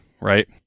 right